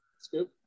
Scoop